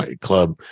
club